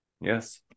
Yes